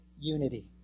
unity